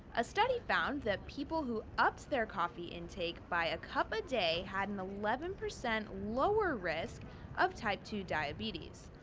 a study found that people who upped their coffee intake by a cup a day had an eleven percent lower risk of type two diabetes.